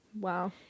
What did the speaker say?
Wow